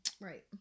right